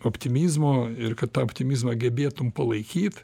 optimizmo ir kad tą optimizmą gebėtum palaikyt